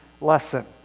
lesson